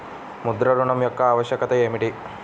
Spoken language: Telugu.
ముద్ర ఋణం యొక్క ఆవశ్యకత ఏమిటీ?